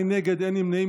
אין נגד, אין נמנעים.